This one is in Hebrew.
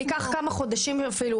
ניקח כמה חודשים אפילו,